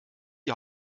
die